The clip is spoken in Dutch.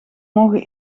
mogen